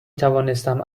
توانستم